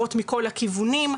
הערות מכל הכיוונים,